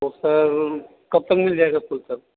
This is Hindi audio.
तो सर कब तक मिल जाएगा फूल सब